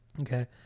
Okay